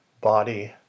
body